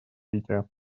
развития